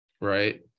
right